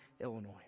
Illinois